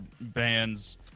bands